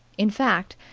in fact,